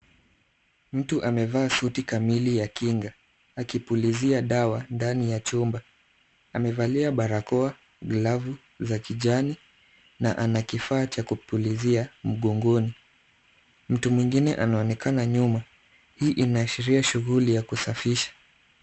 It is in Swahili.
Mtu amevaa suti kamili ya kinga akipulizia dawa ndani ya chumba. Amevalia barakoa, glavu za kijani na ana kifaa cha kupulizia mgongoni. Mtu mwingine anaonekana nyuma. Hii inaashiria shughuli ya kusafisha.